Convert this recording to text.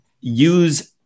use